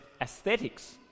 aesthetics